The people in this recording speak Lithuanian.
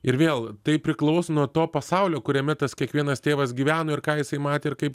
ir vėl tai priklauso nuo to pasaulio kuriame tas kiekvienas tėvas gyveno ir ką jisai matė ir kaip